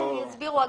יסבירו הגמ"חים.